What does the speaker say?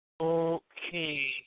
Okay